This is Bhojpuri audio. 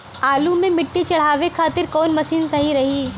आलू मे मिट्टी चढ़ावे खातिन कवन मशीन सही रही?